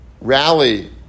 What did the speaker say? rally